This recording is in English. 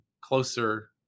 closer